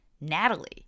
Natalie